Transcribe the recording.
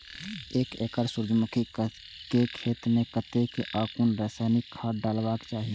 एक एकड़ सूर्यमुखी केय खेत मेय कतेक आ कुन रासायनिक खाद डलबाक चाहि?